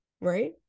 Right